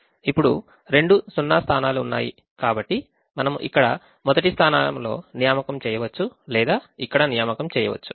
ఇప్పుడు రెండు సున్నా స్థానాలు ఉన్నాయి కాబట్టి మనం ఇక్కడ మొదటి స్థానంలో నియామకం చేయవచ్చు లేదా ఇక్కడ నియామకం చేయవచ్చు